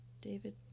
David